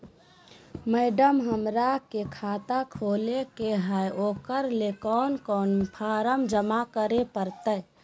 Madam, हमरा के खाता खोले के है उकरा ले कौन कौन फारम जमा करे परते?